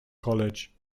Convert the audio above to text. college